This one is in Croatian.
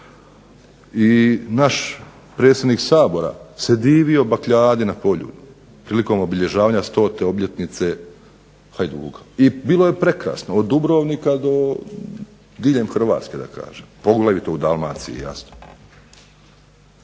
i naš predsjednik Sabora se divio bakljadi na Poljudu prilikom obilježavanja 100. obljetnice Hajduka. I bilo je prekrasno, od Dubrovnika do diljem Hrvatske da kažem, poglavito u Dalmaciji jasno.